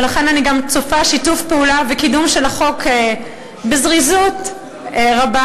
ולכן אני גם צופה שיתוף פעולה וקידום של החוק בזריזות רבה,